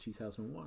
2001